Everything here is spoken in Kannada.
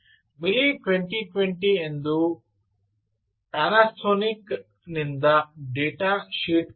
ಮಿಲಿ 20 20 ಎಂದು ಪ್ಯಾನಾಸೋನಿಕ್ ನಿಂದ ಡೇಟಾ ಶೀಟ್ ತೆರೆಯಿರಿ